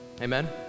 Amen